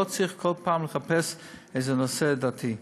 לא צריך כל פעם לחפש איזה נושא דתי.